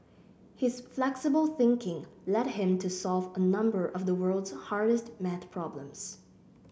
his flexible thinking led him to solve a number of the world's hardest maths problems